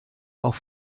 auf